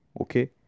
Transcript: Okay